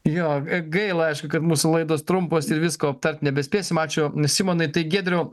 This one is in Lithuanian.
jo gaila kad mūsų laidos trumpos ir visko aptart nebespės ačiū simonai tai giedriau